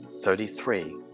Thirty-three